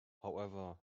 however